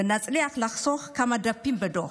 ונצליח לחסוך כמה דפים בדוח.